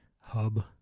hub